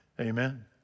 Amen